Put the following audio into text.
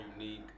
unique